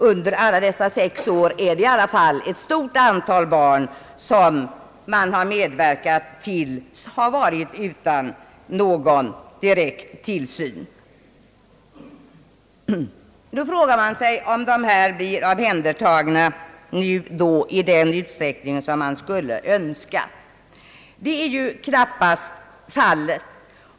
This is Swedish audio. Under dessa sex år är det i alla fall ett stort antal barn som har blivit utan någon direkt tillsyn. Nu frågar man sig om barnen blir omhändertagna i den utsträckning som man skulle önska. Så är dock knappast fallet.